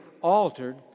altered